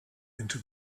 into